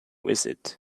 visit